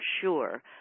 sure